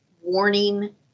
warning